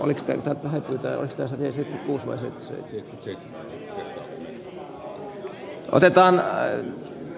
oliks täältä heti töistä selvisi toiminut ollenkaan tuo näppäimistö